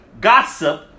Gossip